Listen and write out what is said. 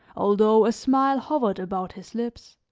although a smile hovered about his lips.